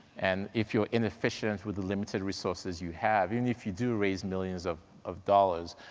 and if you're inefficient with the limited resources you have, even if you do raise millions of of dollars,